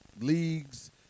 leagues